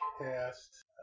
cast